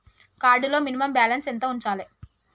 Card లో minimum balance ఎంత ఉంచాలే?